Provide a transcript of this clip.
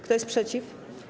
Kto jest przeciw?